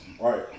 Right